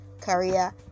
career